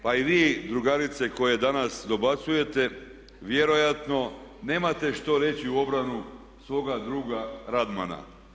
Pa i vi drugarice koje danas dobacujete vjerojatno nemate što reći u obranu svoga druga Radmana.